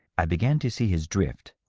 i began to see his drift,